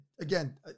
again